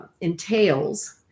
entails